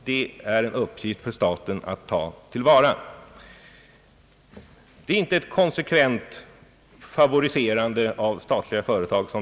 Detta innebär inte ett konsekvent favoriserande av statliga företag.